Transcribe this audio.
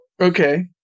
Okay